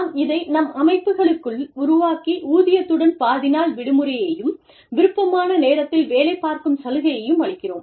நாம் இதை நம் அமைப்புகளுக்குள் உருவாக்கி ஊதியத்துடன் பாதி நாள் விடுமுறையையும் விருப்பமான நேரத்த்தில் வேலைப் பார்க்கும் சலுகையையும் அளிக்கிறோம்